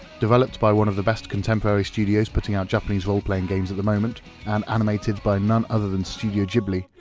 developed by one of the best contemporary studios putting out japanese role-playing games at the moment and animated by none other than studio ghibli,